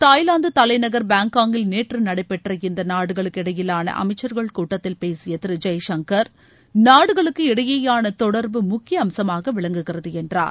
Thailand தலைநகர் பாங்காகில் நேற்று நடைபெற்ற இந்த நாடுகளுக்கு இடையிலான அமைச்சர்கள் கூட்டத்தில் பேசிய திரு ஜெய்சங்கர் நாடுகளுக்கு இடையேயாள தொடர்பு முக்கிய அம்சமாக விளங்குகிறது என்றார்